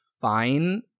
fine